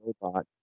robot